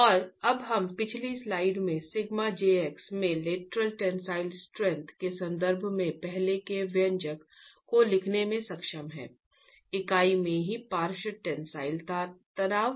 और अब हम पिछली स्लाइड में σ jx में लेटरल टेंसाइल स्ट्रेंथ के संदर्भ में पहले के व्यंजक को लिखने में सक्षम हैं इकाई में ही पार्श्व टेंसाइल तनाव